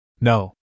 No